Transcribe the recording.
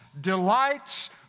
delights